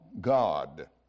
God